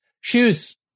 Shoes